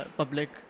public